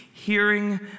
Hearing